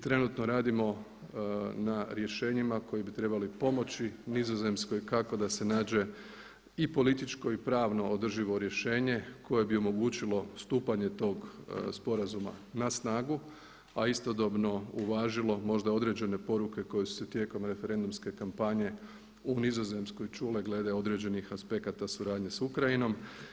Trenutno radimo na rješenjima koja bi trebala pomoći Nizozemskoj kako da se nađe i političko i pravno održivo rješenje koje bi omogućilo stupanje tog sporazuma na snagu, a istodobno uvažilo možda određene poruke koje su se tijekom referendumske kampanje u Nizozemskoj čule glede određenih aspekata suradnje s Ukrajinom.